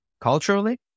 culturally